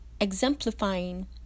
exemplifying